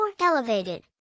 elevated